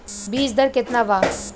बीज दर केतना वा?